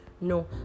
No